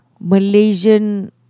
Malaysian